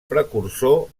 precursor